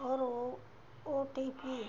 और O O T P